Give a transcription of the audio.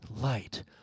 light